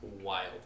wild